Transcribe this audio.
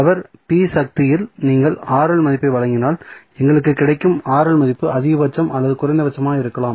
power சக்தியில் நீங்கள் மதிப்பை வழங்கினால் எங்களுக்கு கிடைக்கும் மதிப்பு அதிகபட்சம் அல்லது குறைந்தபட்சமாக இருக்கலாம்